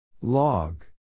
Log